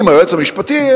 עם היועץ המשפטי,